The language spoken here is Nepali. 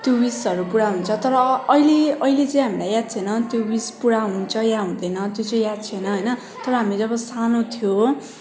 त्यो विसहरू पुरा हुन्छ तर अहिले अहिले चाहिँ हामीलाई याद छैन त्यो विस पुरा हुन्छ या हुँदैन त्यो चाहिँ याद छैन होइन तर हामी जब सानो थियो